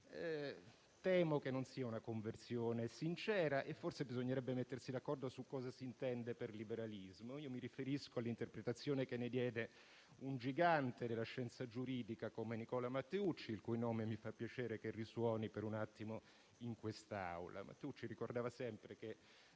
Temo che non sia una conversione sincera e forse bisognerebbe mettersi d'accordo su che cosa si intende per liberalismo. Mi riferisco all'interpretazione che ne diede un gigante della scienza giuridica come Nicola Matteucci, il cui nome mi fa piacere che risuoni per un attimo in quest'Aula. Matteucci ricordava sempre che